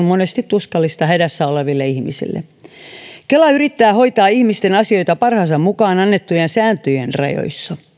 monesti tuskallista hädässä oleville ihmisille kela yrittää hoitaa ihmisten asioita parhaansa mukaan annettujen sääntöjen rajoissa